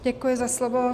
Děkuji za slovo.